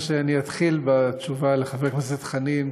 אני אתחיל בתשובה לחבר הכנסת חנין,